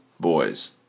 boys